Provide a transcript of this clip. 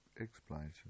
explanation